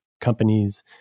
companies